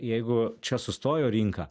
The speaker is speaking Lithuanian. jeigu čia sustojo rinka